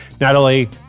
Natalie